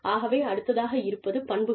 ஆகவே அடுத்ததாக இருப்பது பண்புகள்